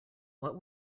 what